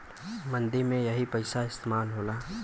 मंदी में यही पइसा इस्तेमाल होला